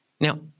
Now